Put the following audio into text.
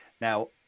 Now